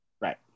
right